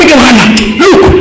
Look